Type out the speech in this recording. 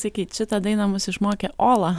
sakyt šitą dainą mus išmokė ola